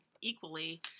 equally